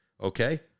okay